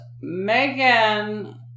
Megan